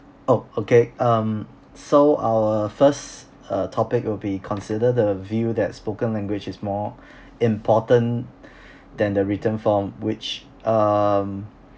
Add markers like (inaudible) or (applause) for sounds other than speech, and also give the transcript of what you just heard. oh okay um so our first uh topic will be consider the view that spoken language is more (breath) important (breath) than the written form which um